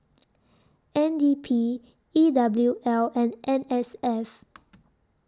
N D P E W L and N S F